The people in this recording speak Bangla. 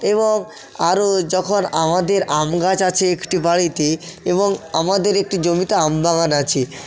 এবং আরো যখন আমাদের আম গাছ আছে একটি বাড়িতে এবং আমাদের একটি জমিতে আম বাগান আছে